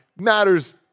matters